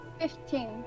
Fifteen